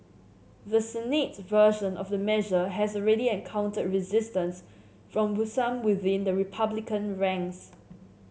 the Senate version of the measure has already encountered resistance from with some within the Republican ranks